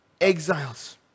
exiles